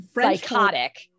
psychotic